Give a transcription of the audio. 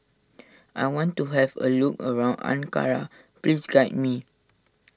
I want to have a look around Ankara please guide me